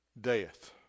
death